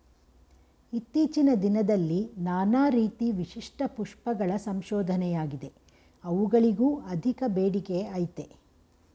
ಇತ್ತೀಚಿನ ದಿನದಲ್ಲಿ ನಾನಾ ರೀತಿ ವಿಶಿಷ್ಟ ಪುಷ್ಪಗಳ ಸಂಶೋಧನೆಯಾಗಿದೆ ಅವುಗಳಿಗೂ ಅಧಿಕ ಬೇಡಿಕೆಅಯ್ತೆ